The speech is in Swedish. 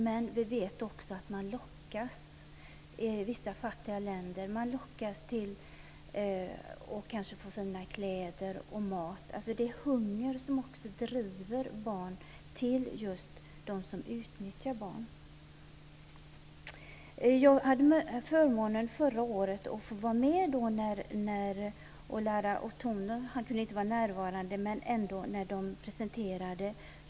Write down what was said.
Men vi vet också att de lockas i vissa fattiga länder. De lockas med att kanske få fina kläder och mat. Det är alltså också hungern som driver barnen till just dem som utnyttjar dem. Jag hade förmånen att förra året få vara med när filmen om barnsoldaterna presenterades.